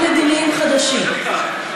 תודה,